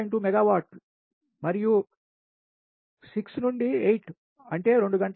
2 మెగావాట్లు మరియు 6 నుండి 8 అంటే 2 గంటలు